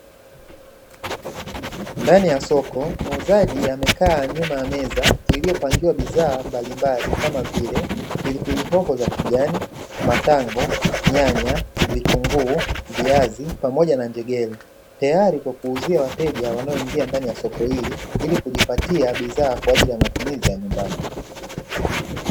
Ndani ya soko muuzaji amekaa nyuma ya meza iliyopangiwa bidhaa mbalimbali kama vile pilipili hoho za kijani matango nyanya vitunguu viazi pamoja na njegere tayari kwa kuuzia wateja wanaoingia ndani ya soko hili ili kujipatia bidhaa kwa ajili ya matumizi ya nyumbani